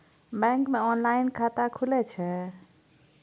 Bank मे online खाता खुले छै?